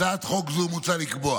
בהצעת חוק זו מוצע לקבוע